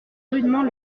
rudement